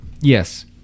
Yes